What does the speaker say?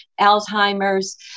Alzheimer's